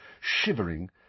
shivering